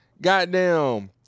goddamn